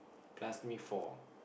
plus me four